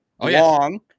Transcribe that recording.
long